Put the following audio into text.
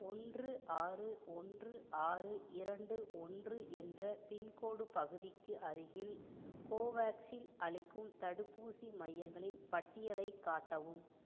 ஒன்று ஆறு ஒன்று ஆறு இரண்டு ஒன்று என்ற பின்கோடு பகுதிக்கு அருகில் கோவேக்சின் அளிக்கும் தடுப்பூசி மையங்களின் பட்டியலைக் காட்டவும்